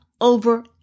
over